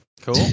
Cool